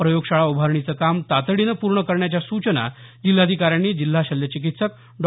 प्रयोगशाळा उभारणीचं काम तातडीनं पूर्ण करण्याच्या सूचना जिल्हाधिकाऱ्यांनी जिल्हा शल्यचिकित्सक डॉ